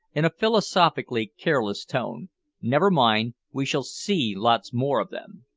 in a philosophically careless tone never mind, we shall see lots more of them.